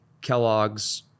Kellogg's